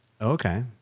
Okay